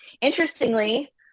interestingly